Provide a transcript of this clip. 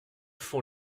font